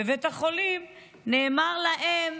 בבית החולים נאמר להם: